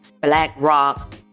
BlackRock